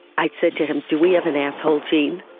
i'd say to him, do we have an asshole gene?